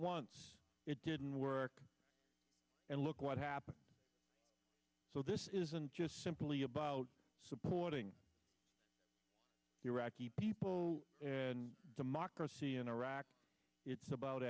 once it didn't work and look what happened so this isn't just simply about supporting the iraqi people and democracy in iraq it's about